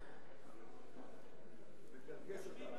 לא שומעים מה אתה אומר.